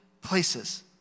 places